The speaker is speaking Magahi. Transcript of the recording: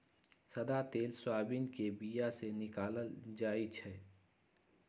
सदा तेल सोयाबीन के बीया से निकालल जाइ छै